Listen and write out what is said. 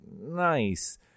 nice